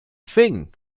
thing